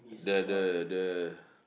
the the the